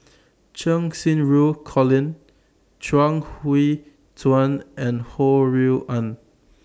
Cheng Xinru Colin Chuang Hui Tsuan and Ho Rui An